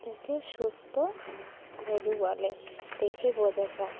দেখে সুস্থ গরু বলে দেখে বোঝা যায়